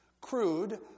crude